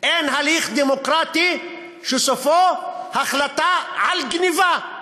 אין הליך דמוקרטי שסופו החלטה על גנבה,